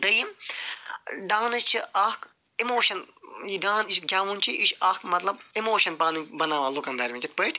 دوٚیِم ڈانَس چھُ اَکھ اِموشن یہِ ڈان یہِ گیٚوُن چھُ یہ چھُ اَکھ مطلب اِموشن پنٕنۍ بناوان لوٗکن درمیان کِتھ پٲٹھۍ